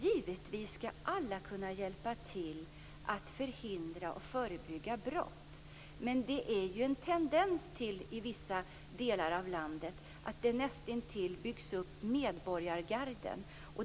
Givetvis skall alla hjälpa till att förhindra och förebygga brott. Men det finns en tendens i vissa delar av landet att näst intill bygga upp medborgargarden.